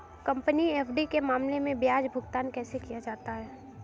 Company FD के मामले में ब्याज भुगतान कैसे किया जाता है?